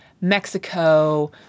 Mexico